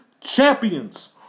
champions